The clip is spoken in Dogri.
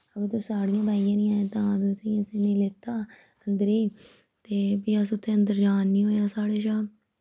तुस साढ़ियां पाइयै नेईं आए तां तुसेंगी नेईं लेता अंदरै गी ते फ्ही अस उत्थै अंदर जान निं होएया साढ़े चा